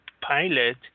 pilot